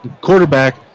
Quarterback